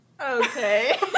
Okay